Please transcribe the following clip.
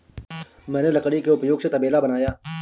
मैंने लकड़ी के उपयोग से तबेला बनाया